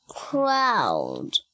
crowd